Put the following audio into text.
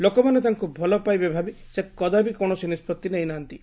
ଲୋକମାନେ ତାଙ୍କୁ ଭଲପାଇବେ ଭାବି ସେ କଦାପି କୌଣସି ନିଷ୍କଭି ନେଇନାହାନ୍ତି